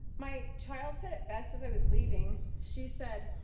my child said it best as i was leaving. she said,